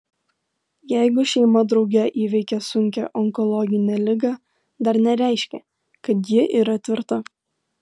jeigu šeima drauge įveikė sunkią onkologinę ligą dar nereiškia kad ji yra tvirta